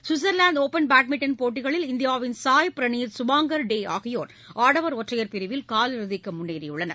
சுவிட்சர்லாந்துடுப்பன் badminton போட்டிகளில் இந்தியாவின் சாய் ப்ரனீத் சுபாங்கர் டேஆகியோர் ஆடவர் ஒற்றையர் பிரிவில் காலிறுதிக்குமுன்னேறியுள்ளனர்